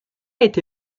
été